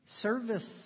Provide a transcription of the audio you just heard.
Service